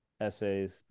essays